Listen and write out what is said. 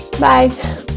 Bye